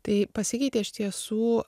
tai pasikeitė iš tiesų